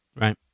Right